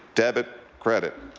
debit, credit,